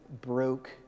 broke